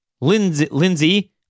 Lindsey